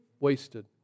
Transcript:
Wasted